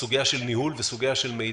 הסוגיה של ניהול ושל מידע,